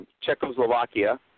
Czechoslovakia